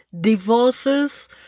divorces